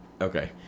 Okay